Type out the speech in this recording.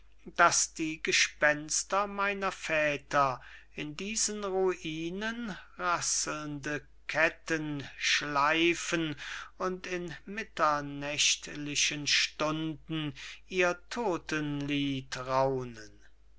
daß die gespenster meiner väter in diesen ruinen rasselnde ketten schleifen und in mitternächtlicher stunde ihr todtenlied raunen